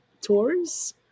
tours